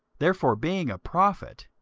therefore being a prophet,